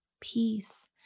peace